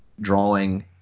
drawing